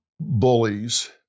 bullies